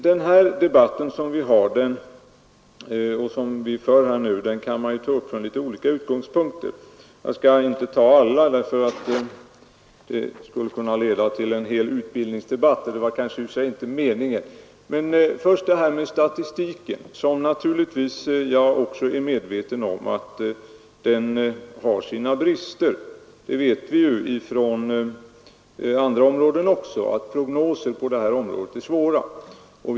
Den debatt vi nu för kan man ta upp från litet olika utgångspunkter. Jag skall inte beröra alla — det skulle kunna leda till en hel utbildningsdebatt, och det är i och för sig inte meningen. Först statistiken. Jag är naturligtvis också medveten om att den har sina brister. Även från andra områden vet vi att det är svårt att göra prognoser i detta avseende.